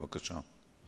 בבקשה.